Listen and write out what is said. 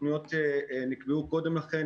התוכניות נקבעו קודם לכן.